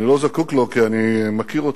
אני לא זקוק לו, כי אני מכיר אותך.